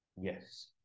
Yes